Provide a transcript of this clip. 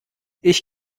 ich